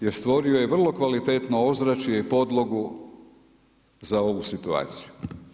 Jer stvorio je vrlo kvalitetnu ozračje i podlogu za ovu situaciju.